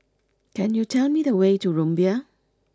can you tell me the way to Rumbia